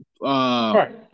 Right